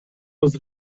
was